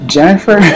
jennifer